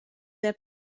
their